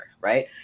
right